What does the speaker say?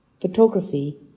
Photography